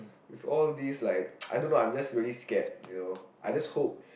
with all these like I don't know I'm just really scared you know I just hope